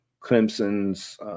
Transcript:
Clemson's